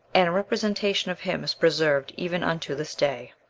and a representation of him is preserved even unto this day.